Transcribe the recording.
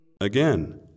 Again